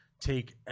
take